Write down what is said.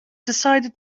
decided